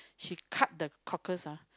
she cut the cockles ah